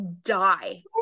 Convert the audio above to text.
die